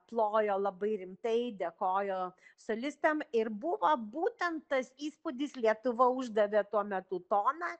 plojo labai rimtai dėkojo solistam ir buvo būtent tas įspūdis lietuva uždavė tuo metu toną